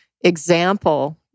example